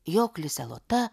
jog lisė lota